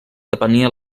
depenia